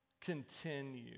continue